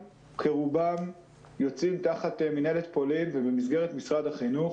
רובם יוצאים תחת אחריותה של מינהלת פולין ובמסגרת משרד החינוך.